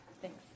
Thanks